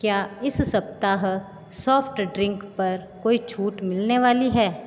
क्या इस सप्ताह सॉफ्ट ड्रिंक पर कोई छूट मिलने वाली है